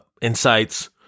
insights